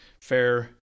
fair